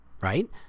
right